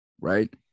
right